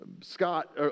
Scott